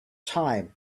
time